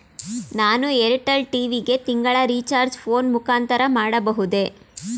ನಾನು Airtel TV ಗೆ ತಿಂಗಳ ರಿಚಾರ್ಜ್ ಫೋನ್ ಮುಖಾಂತರ ಮಾಡಬಹುದೇ?